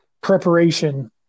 preparation